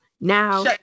Now